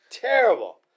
Terrible